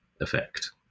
effect